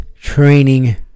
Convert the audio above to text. Training